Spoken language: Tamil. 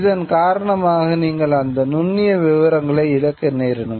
இதன் காரணமாக நீங்கள் அதிக நுண்ணிய விவரங்களை இழக்க நேரிடும்